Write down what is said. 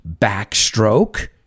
backstroke